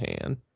hand